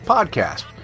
Podcast